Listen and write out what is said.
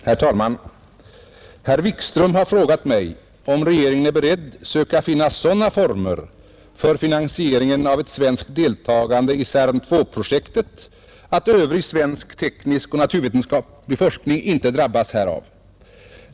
Herr talman! Herr Wikström har frågat mig om regeringen är beredd söka finna sådana former för finansieringen av ett svenskt deltagande i CERN II-projektet att övrig svensk teknisk och naturvetenskaplig forskning inte drabbas härav.